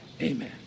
amen